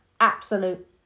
Absolute